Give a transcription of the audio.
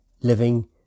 living